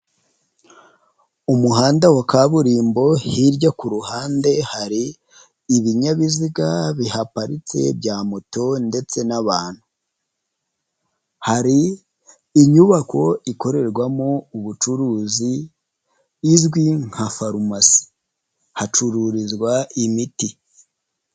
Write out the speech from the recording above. Umuhanda wa kaburimbo hirya ku ruhande hari ibinyabiziga bihaparitse bya moto ndetse n'abantu. Hari inyubako ikorerwamo ubucuruzi izwi nka farumasi hacururizwa imiti.